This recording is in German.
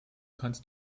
kannst